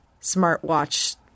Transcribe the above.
smartwatch